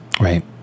Right